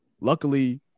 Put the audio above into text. Luckily